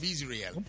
Israel